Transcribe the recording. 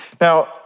Now